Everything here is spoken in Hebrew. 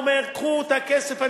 אומר: קחו את הכסף,